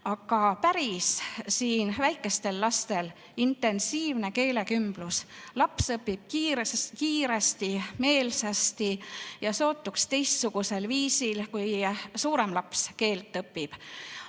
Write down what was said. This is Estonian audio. Aga päris väikestele lastele [sobib] intensiivne keelekümblus. Laps õpib kiiresti, meelsasti ja sootuks teistsugusel viisil, kui suurem laps keelt õpib.